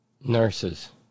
nurses